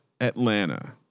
Atlanta